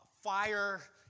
fire